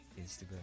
instagram